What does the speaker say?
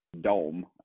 dome